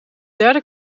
derde